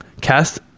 Cast